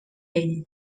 ell